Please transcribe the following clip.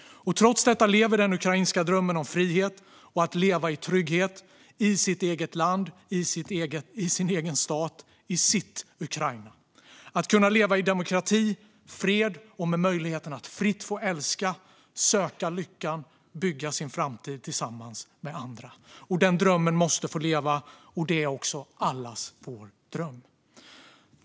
Trots detta lever den ukrainska drömmen om frihet och att leva i trygghet i sitt eget land, i sin egen stat, i sitt Ukraina, att kunna leva i demokrati, fred och med möjligheten att fritt få älska, söka lyckan och bygga sin framtid tillsammans med andra. Den drömmen måste få leva, och det är också allas vår dröm.